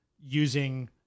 using